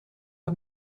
had